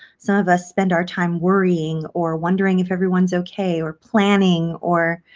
some of us spend our time worrying or wondering if everyone's okay or planning or,